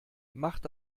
macht